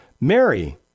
Mary